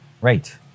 Right